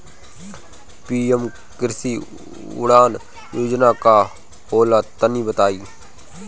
PM कृषि उड़ान योजना का होला तनि बताई?